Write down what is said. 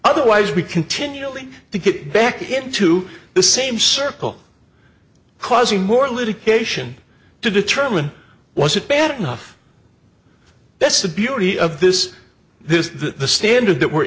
otherwise we continually to get back into the same circle causing more litigation to determine was it bad enough that's the beauty of this is that the standard that we're